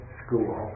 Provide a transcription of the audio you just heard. school